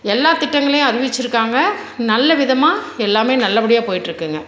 எல்லாம் திட்டங்களையும் அறிவிச்சிருக்காங்க நல்ல விதமாக எல்லாம் நல்லபடியாக போயிட்டுருக்குங்க